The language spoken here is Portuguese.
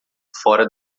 fora